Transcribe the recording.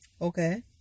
Okay